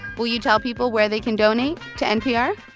will you tell people where they can donate to npr?